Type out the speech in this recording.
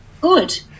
Good